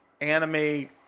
anime